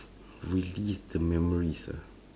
which leads to memories ah